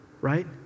right